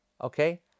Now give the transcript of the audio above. Okay